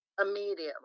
immediately